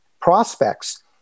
prospects